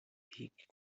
beak